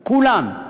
כולם.